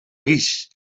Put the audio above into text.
guix